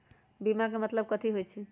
बीमा के मतलब कथी होई छई?